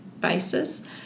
basis